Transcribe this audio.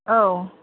औ